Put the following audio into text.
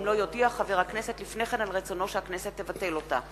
אם לא יודיע חבר הכנסת לפני כן על רצונו שהכנסת תבטל אותה,